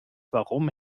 warum